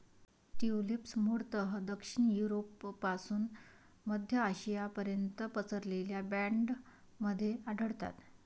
tulips मूळतः दक्षिण युरोपपासून मध्य आशियापर्यंत पसरलेल्या बँडमध्ये आढळतात